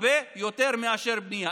הרבה יותר מאשר בנייה?